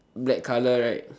black colour right